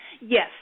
Yes